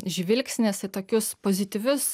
žvilgsnis į tokius pozityvius